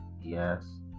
Yes